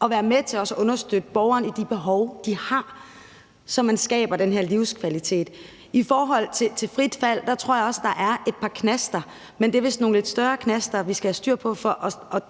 kan være med til at understøtte borgeren i de behov, borgeren har, så man skaber den her livskvalitet. I forhold til frit valg tror jeg også, der er et par knaster, men det er vist nogle lidt større knaster, vi skal have styr på for